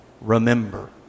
Remember